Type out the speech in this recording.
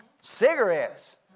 Cigarettes